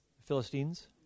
Philistines